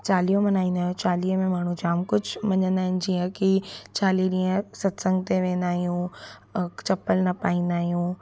चालीहो मल्हाईंदा आहियूं चालीहे में माण्हू जामु कुझु मञींदा आहिनि जीअं की चालीह ॾींहं सतसंग ते वेंदा आहियूं चपल न पाईंदा आहियूं